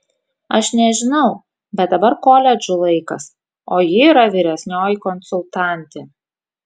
aš nežinau bet dabar koledžų laikas o ji yra vyresnioji konsultantė